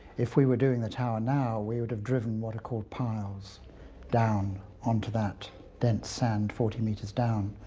if we were doing the tower now we would have driven what are called piles down onto that dense sand forty meters down.